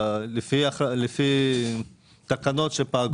לפי תקנות שפגו.